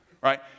Right